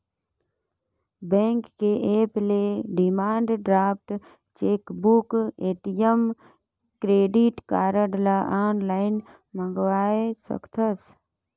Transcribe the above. bank के app ले demand draft, chequebook, ATM, credit card ल आनलाइन मंगवाये सकथस